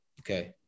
Okay